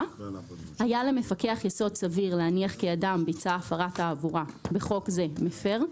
היה למפקח יסוד סביר להניח כי אדם ביצע הפרת תעבורה (בחוק זה מפר),